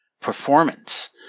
performance